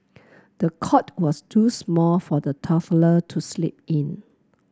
the cot was too small for the toddler to sleep in